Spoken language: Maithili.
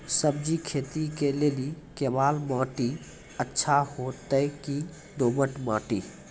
सब्जी खेती के लेली केवाल माटी अच्छा होते की दोमट माटी?